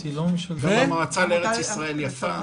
המועצה לארץ ישראל יפה.